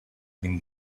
been